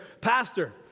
Pastor